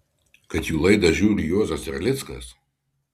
kad jų laidą žiūri juozas erlickas